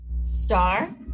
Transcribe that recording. Star